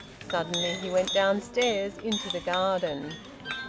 suddenly he went downstairs into the garden.